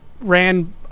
ran